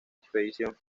expedición